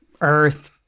earth